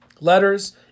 Letters